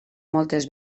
moltes